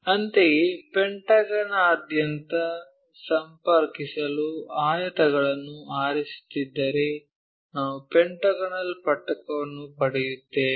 ಅಂತೆಯೇ ಈ ಪೆಂಟಗನ್ನಾದ್ಯಂತ ಸಂಪರ್ಕಿಸಲು ಆಯತಗಳನ್ನು ಆರಿಸುತ್ತಿದ್ದರೆ ನಾವು ಪೆಂಟಾಗೋನಲ್ ಪಟ್ಟಕವನ್ನು ಪಡೆಯುತ್ತೇವೆ